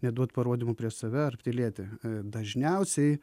neduot parodymų prieš save ar tylėti dažniausiai